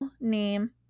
name